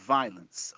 violence